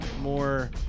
more